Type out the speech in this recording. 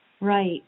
right